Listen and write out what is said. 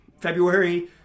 February